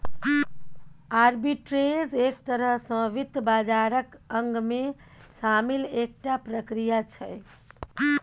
arbitrage एक तरह सँ वित्त बाजारक अंगमे शामिल एकटा प्रक्रिया छै